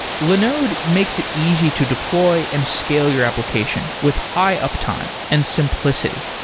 linode makes it easy to deploy and scale your applications with high-uptime and simplicity.